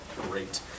Great